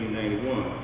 1991